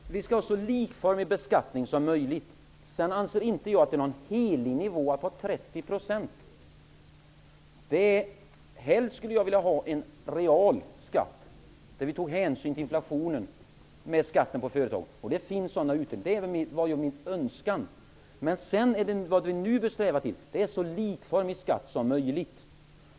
Herr talman! Vi skall ha en så likformig beskattning som möjligt, men jag anser inte att 30 % är någon helig nivå. Helst skulle jag vilja ha en real företagsskatt, som tog hänsyn till inflationen. Det finns sådana alternativ. Men vi bör nu eftersträva en så likformig skatt som möjligt.